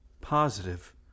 Positive